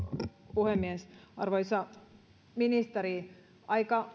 puhemies arvoisa ministeri aika